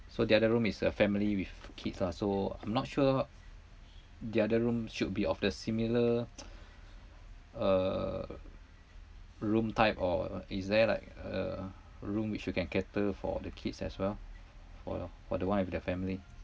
so the other room is a family with kids ah so I'm not sure the other room should be of the similar uh room type or is there like a room which you can cater for the kids as well for for the one with their family